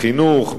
בחינוך,